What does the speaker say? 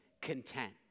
content